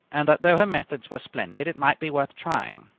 and that though her methods were splendid it might be worth trying.